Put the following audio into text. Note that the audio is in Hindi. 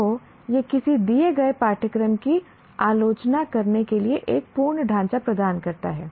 तो यह किसी दिए गए पाठ्यक्रम की आलोचना करने के लिए एक पूर्ण ढांचा प्रदान करता है